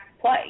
play